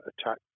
attack